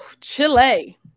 Chile